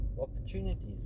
opportunities